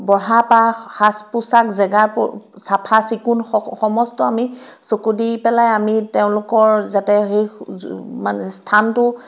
বহাৰ পৰা সাজ পোছাক জেগা প চাফা চিকুণ স সমস্ত আমি চকু দি পেলাই আমি তেওঁলোকৰ যাতে সেই মানে স্থানটো